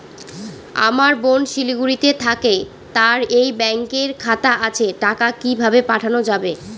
আমার বোন শিলিগুড়িতে থাকে তার এই ব্যঙকের খাতা আছে টাকা কি ভাবে পাঠানো যাবে?